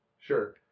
sure